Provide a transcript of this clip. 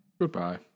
Goodbye